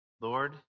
Lord